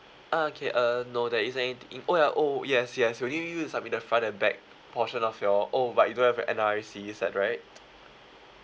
ah okay uh no there isn't anything oh ya oh yes yes we'll need you to submit the front and back portion of your oh but you don't have a N_R_I_C is that right